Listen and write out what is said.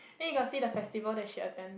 then you got see the festival that she attend